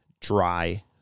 dry